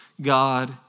God